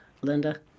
Linda